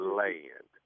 land